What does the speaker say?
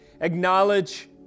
acknowledge